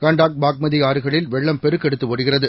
contact பாக்மதிஆறுகளில்வெள்ளம்பெருக்கெடுத்துஓடுகிறது